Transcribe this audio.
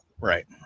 Right